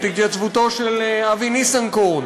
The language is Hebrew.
את התייצבותו של אבי ניסנקורן,